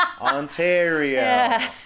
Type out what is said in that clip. Ontario